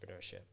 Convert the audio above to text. entrepreneurship